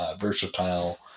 versatile